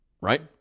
Right